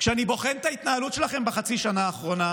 כשאני בוחן את ההתנהלות שלכם בחצי השנה האחרונה,